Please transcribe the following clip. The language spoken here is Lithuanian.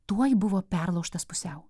tuoj buvo perlaužtas pusiau